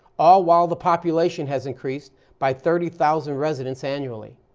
all while the population has increased by thirty thousand residents annually.